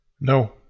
No